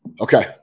okay